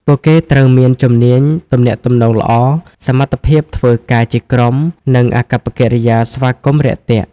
ពួកគេត្រូវមានជំនាញទំនាក់ទំនងល្អ សមត្ថភាពធ្វើការជាក្រុម និងអាកប្បកិរិយាស្វាគមន៍រាក់ទាក់។